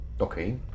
Okay